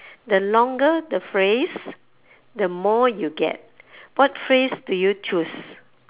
the longer the phrase the more you get what phrase do you choose